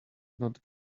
not